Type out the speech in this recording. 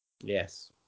Yes